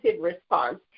response